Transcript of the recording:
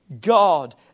God